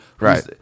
Right